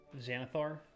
Xanathar